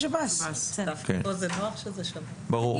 ברור.